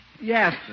Yes